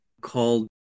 called